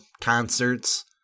concerts